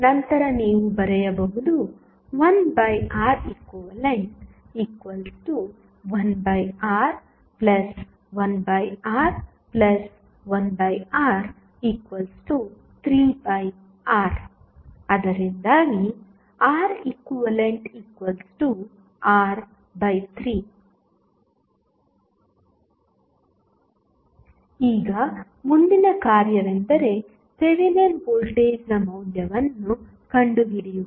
ನಂತರ ನೀವು ಬರೆಯಬಹುದು 1Req1R1R1R3R ReqR3 ಈಗ ಮುಂದಿನ ಕಾರ್ಯವೆಂದರೆ ಥೆವೆನಿನ್ ವೋಲ್ಟೇಜ್ನ ಮೌಲ್ಯವನ್ನು ಕಂಡುಹಿಡಿಯುವುದು